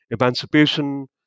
emancipation